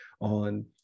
on